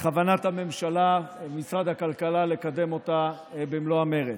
ובכוונת הממשלה ומשרד הכלכלה לקדם אותה במלוא המרץ.